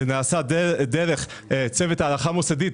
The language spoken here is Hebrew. זה נעשה דרך צוות הערכה מוסדי,